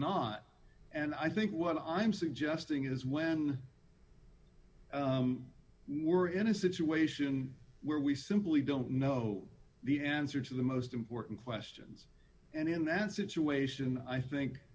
not and i think what i'm suggesting is when we're in a situation where we simply don't know the answer to the most important questions and in that situation i